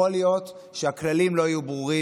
יכול להיות שהכללים לא יהיו ברורים,